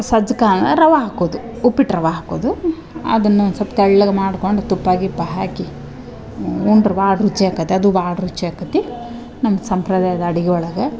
ಸಜ್ಕ ರವಾ ಹಾಕೋದು ಉಪ್ಪಿಟ್ಟು ರವಾ ಹಾಕೋದು ಅದನ್ನ ಸೊಲ್ಪ ತೆಳ್ಳಗೆ ಮಾಡ್ಕೊಂಡು ತುಪ್ಪ ಗಿಪ್ಪ ಹಾಕಿ ಉಂಡ್ರ ಭಾಳ್ ರುಚಿ ಆಕೈತೆ ಅದು ಭಾಳ್ ರುಚಿ ಆಕತ್ತಿ ನಮ್ಮ ಸಂಪ್ರದಾಯದ ಅಡಿಗಿ ಒಳಗೆ